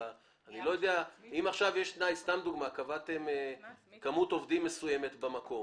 אם לדוגמה קבעתם כמות עובדים מסוימת במקום,